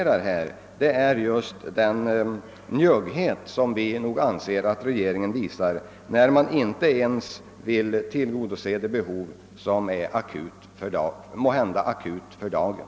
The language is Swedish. Vad vi påtalat är den njugghet som vi anser att regeringen visar när den inte ens vill tillgodose de behov som är akuta för dagen.